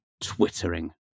twittering